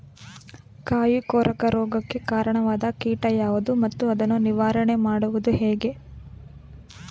ಕಾಯಿ ಕೊರಕ ರೋಗಕ್ಕೆ ಕಾರಣವಾದ ಕೀಟ ಯಾವುದು ಮತ್ತು ಅದನ್ನು ನಿವಾರಣೆ ಮಾಡುವುದು ಹೇಗೆ?